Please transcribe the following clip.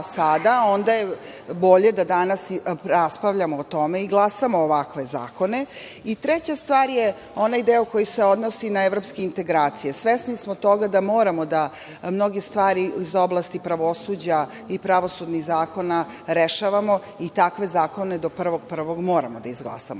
onda je bolje da danas raspravljamo o tome i da izglasamo ovakve zakone. Treća stvar je onaj deo koji se odnosi na evropske integracije. Svesni smo toga da moramo mnoge stvari iz oblasti pravosuđa i pravosudnih zakona da rešavamo i takve zakone do 1. januara moramo da izglasamo. Prema